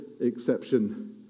exception